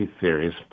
theories